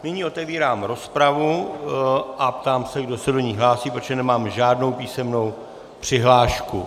Nyní otevírám rozpravu a ptám se, kdo se do ní hlásí, protože nemám žádnou písemnou přihlášku.